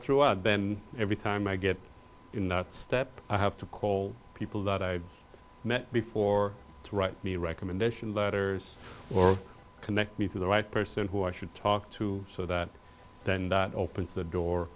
throughout then every time i get in that step i have to call people that i've met before write me a recommendation letters or connect me to the right person who i should talk to so that then that opens the door